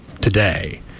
today